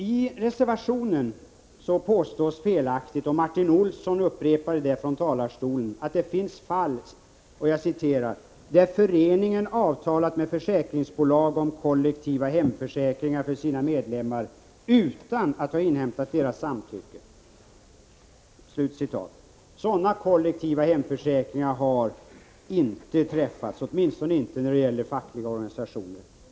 I reservationen påstås felaktigt, och Martin Olsson upprepade det från talarstolen, att det finns fall där föreningen avtalat med försäkringsbolag om kollektiva hemförsäkringar för sina medlemmar utan att ha inhämtat deras samtycke. — Sådana kollektiva hemförsäkringar har inte träffats, åtminstone inte när det gäller fackliga organisationer.